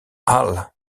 halle